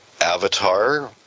Avatar